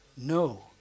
No